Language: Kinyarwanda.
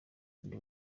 ahandi